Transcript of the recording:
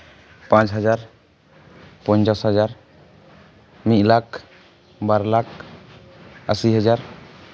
ᱯᱟᱸᱪ ᱦᱟᱡᱟᱨ ᱯᱚᱧᱪᱟᱥ ᱦᱟᱡᱟᱨ ᱢᱤᱫ ᱞᱟᱠᱷ ᱵᱟᱨ ᱞᱟᱠᱷ ᱟᱹᱥᱤ ᱦᱟᱡᱟᱨ